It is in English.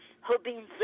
hoping